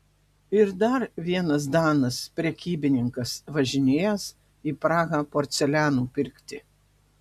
ir dar vienas danas prekybininkas važinėjęs į prahą porceliano pirkti